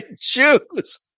Jews